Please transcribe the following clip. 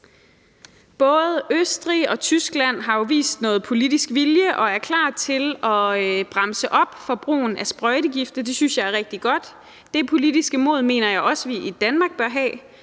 Både Østrig og Tyskland har vist noget politisk vilje og er klar til at bremse op for brugen af sprøjtegifte. Det synes jeg er rigtig godt. Det politiske mod mener jeg også vi i Danmark bør have.